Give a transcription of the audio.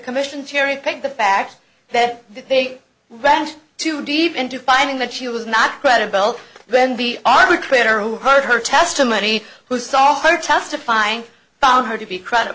commission cherry picked the fact that they ran too deep into finding that she was not credible then the arbitrator who heard her testimony who saw her testifying found her to be credi